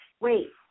Wait